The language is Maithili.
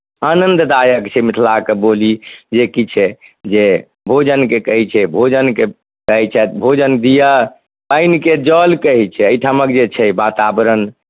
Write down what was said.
आनन्ददायक छै मिथिलाके बोली जे किछु छै जे भोजनकेँ कहै छै भोजनकेँ कहै छथि भोजन दिअ पानिकेँ जल कहै छै एहि ठामक जे छै वातावरण